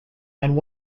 and